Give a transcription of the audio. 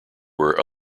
were